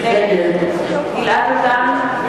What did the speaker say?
נגד גלעד ארדן,